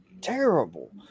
terrible